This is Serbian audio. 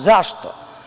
Zašto?